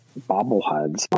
bobbleheads